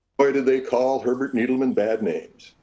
why did they call herbert needleman bad names?